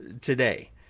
today